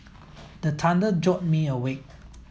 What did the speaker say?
the thunder jolt me awake